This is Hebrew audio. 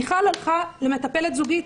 מיכל הלכה למטפלת זוגית.